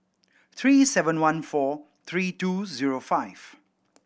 three seven one four three two zero five